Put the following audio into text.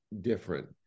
different